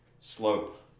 Slope